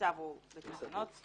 בצו/ בתקנות,